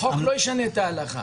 החוק לא ישנה את ההלכה.